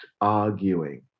arguing